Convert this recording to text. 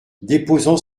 déposant